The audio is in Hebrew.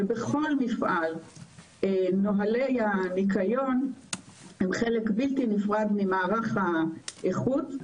בכל מפעל נהלי הניקיון הם חלק בלתי נפרד ממערך האיכות.